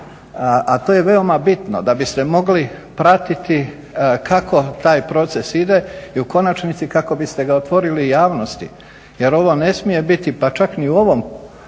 a to je veoma bitno, da biste mogli pratiti kako taj proces ide i u konačnici kako biste ga otvorili javnosti jer ovo ne smije biti pa čak ni u ovom